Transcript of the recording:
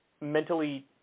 mentally